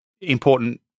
important